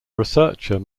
researcher